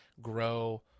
grow